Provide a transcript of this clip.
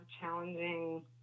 challenging